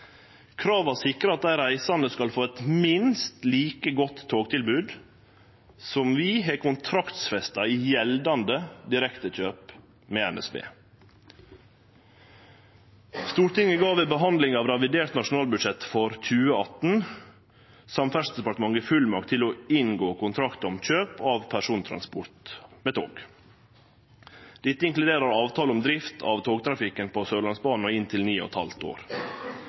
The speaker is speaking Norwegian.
Krava sikrar at dei reisande skal få eit minst like godt togtilbod som vi har kontraktsfesta i gjeldande direktekjøp med NSB. Stortinget gav ved behandlinga av revidert nasjonalbudsjett for 2018 Samferdselsdepartementet fullmakt til å inngå kontraktar om kjøp av persontransport med tog. Dette inkluderer avtale om drift av togtrafikken på Sørlandsbanen i inntil ni og eit halvt år.